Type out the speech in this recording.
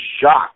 shocked